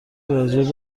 راجع